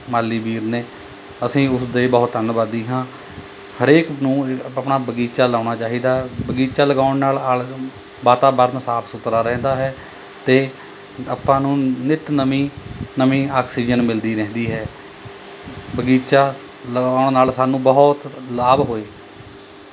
ਮਾਲੀ ਵੀਰ ਨੇ ਅਸੀਂ ਉਸਦੇ ਬਹੁਤ ਧੰਨਵਾਦੀ ਹਾਂ ਹਰੇਕ ਨੂੰ ਆਪਣਾ ਬਗੀਚਾ ਲਾਉਣਾ ਚਾਹੀਦਾ ਬਗੀਚਾ ਲਗਾਉਣ ਨਾਲ ਆਲੇ ਵਾਤਾਵਰਨ ਸਾਫ ਸੁਥਰਾ ਰਹਿੰਦਾ ਹੈ ਅਤੇ ਆਪਾਂ ਨੂੰ ਨਿੱਤ ਨਵੀਂ ਨਵੀਂ ਆਕਸੀਜਨ ਮਿਲਦੀ ਰਹਿੰਦੀ ਹੈ ਬਗੀਚਾ ਲਗਾਉਣ ਨਾਲ ਸਾਨੂੰ ਬਹੁਤ ਲਾਭ ਹੋਏ